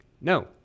No